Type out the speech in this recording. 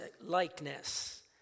likeness